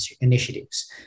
initiatives